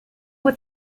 what